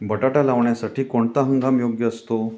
बटाटा लावण्यासाठी कोणता हंगाम योग्य असतो?